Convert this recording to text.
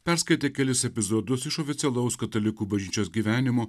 perskaitė kelis epizodus iš oficialaus katalikų bažnyčios gyvenimo